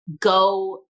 go